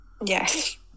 Yes